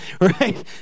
right